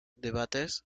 debates